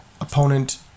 opponent